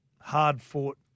hard-fought